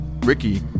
Ricky